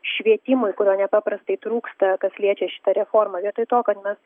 švietimui kurio nepaprastai trūksta kas liečia šitą reformą vietoj to kad mes